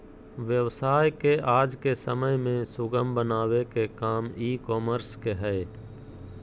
व्यवसाय के आज के समय में सुगम बनावे के काम ई कॉमर्स के हय